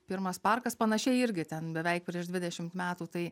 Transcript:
pirmas parkas panašiai irgi ten beveik prieš dvidešimt metų tai